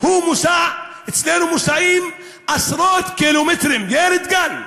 אצלנו מוסעים עשרות קילומטרים, ילדי גן.